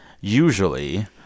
usually